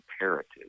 imperative